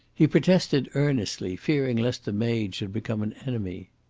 he protested earnestly, fearing lest the maid should become an enemy.